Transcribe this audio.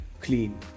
clean